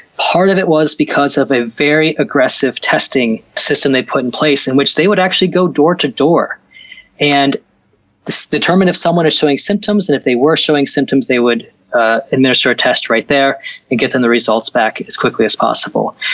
part of it was because of a very aggressive testing system they put in place in which they would actually go door to door and determine if someone is showing symptoms. if they were showing symptoms, they would ah administer a test right there and get them the results back as quickly as possible.